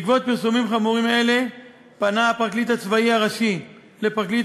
בעקבות פרסומים חמורים אלה פנה הפרקליט הצבאי הראשי לפרקליט